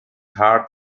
hard